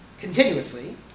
continuously